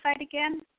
again